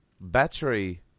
Battery